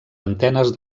antenes